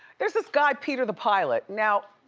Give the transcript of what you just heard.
there's this guy, peter the pilot. now,